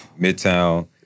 Midtown